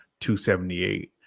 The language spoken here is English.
278